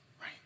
right